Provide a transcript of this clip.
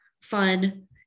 fun